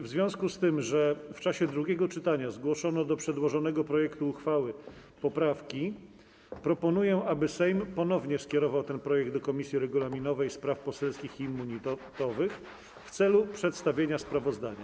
W związku z tym, że w czasie drugiego czytania zgłoszono do przedłożonego projektu uchwały poprawki, proponuję, aby Sejm ponownie skierował ten projekt do Komisji Regulaminowej, Spraw Poselskich i Immunitetowych w celu przedstawienia sprawozdania.